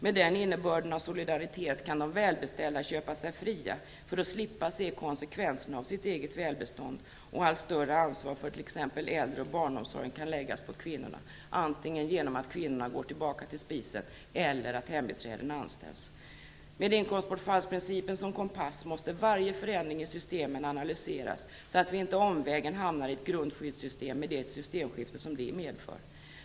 Med den innebörden av solidaritet kan de välbeställda köpa sig fria för att slippa se konsekvenserna av sitt eget välstånd, och allt större ansvar för t.ex. äldre och barnomsorg kan läggas på kvinnorna - antingen genom att kvinnorna "går tillbaka till spisen" eller genom att hembiträden anställs. Med inkomstbortfallsprincipen som kompass måste vi analysera varje förändring i systemen, så att vi inte på omvägar hamnar i ett grundskyddssystem, med det systemskifte som det medför.